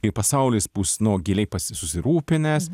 ir pasaulis bus nu giliai susirūpinęs